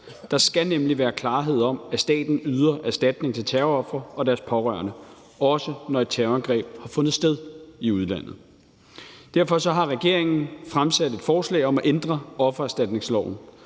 Der skal nemlig være klarhed om, at staten yder erstatning til terrorofre og deres pårørende, også når et terrorangreb har fundet sted i udlandet. Derfor har regeringen fremsat et forslag om at ændre offererstatningsloven,